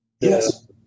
Yes